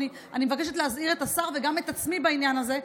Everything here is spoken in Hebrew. ואני מבקשת להזהיר את השר וגם את עצמי בעניין הזה,